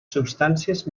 substàncies